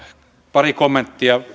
pari kommenttia